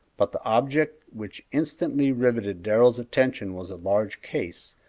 but the object which instantly riveted darrell's attention was a large case,